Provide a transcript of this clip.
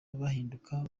bahinduka